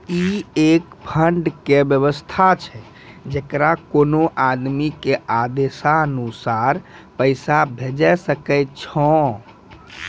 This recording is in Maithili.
ई एक फंड के वयवस्था छै जैकरा कोनो आदमी के आदेशानुसार पैसा भेजै सकै छौ छै?